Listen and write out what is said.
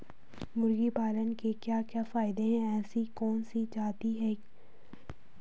मुर्गी पालन के क्या क्या फायदे हैं ऐसी कौन सी जाती की मुर्गी है जो एक दिन में दो बार अंडा देती है?